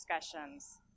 discussions